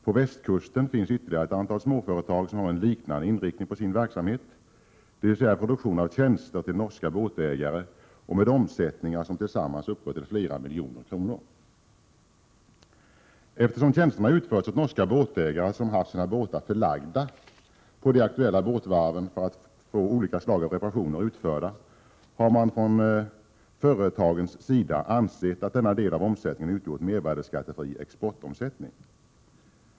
På västkusten finns ytterligare ett antal småföretag som har en liknande inriktning på sin verksamhet, dvs. produktion av tjänster till norska båtägare och med omsättningar som tillsammans uppgår till flera miljoner kronor. Eftersom tjänsterna har utförts åt norska båtägare, som haft sina båtar förlagda på de aktuella båtvarven för att få olika slag av reparationer utförda, har företagen ansett att denna del av omsättningen utgjort mervärdeskattefri exportomsättning.